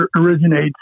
originates